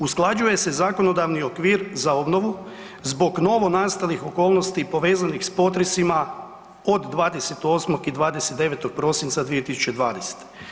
Usklađuje se zakonodavni okvir za obnovu zbog novonastalih okolnosti povezanih s potresima od 28. i 29. prosinca 2020.